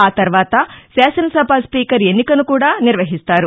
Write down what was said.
ఆ తర్వాత శాసనసభ స్పీకర్ ఎన్నికను కూడా నిర్వహిస్తారు